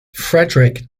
frederick